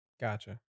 Gotcha